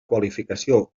qualificació